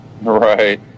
Right